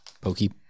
Pokey